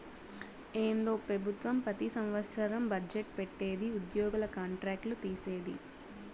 ఏందో పెబుత్వం పెతి సంవత్సరం బజ్జెట్ పెట్టిది ఉద్యోగుల కాంట్రాక్ట్ లు తీసేది